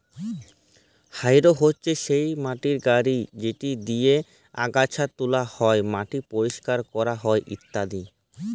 harrow হছে সেই motor গাড়ি যেট দিঁয়ে আগাছা তুলা হ্যয়, মাটি পরিষ্কার ক্যরা হ্যয় ইত্যাদি